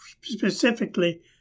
specifically